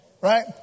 Right